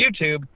YouTube